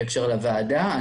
בהקשר לוועדה,